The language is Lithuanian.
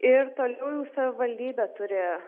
ir toliau savivaldybė turi